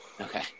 Okay